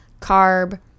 carb